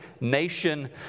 nation